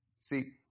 See